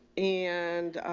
and,